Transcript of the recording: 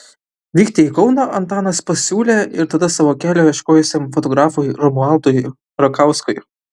vykti į kauną antanas pasiūlė ir tada savo kelio ieškojusiam fotografui romualdui rakauskui